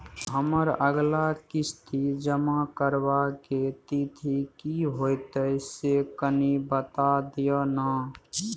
हमर अगला किस्ती जमा करबा के तिथि की होतै से कनी बता दिय न?